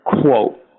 Quote